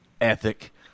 ethic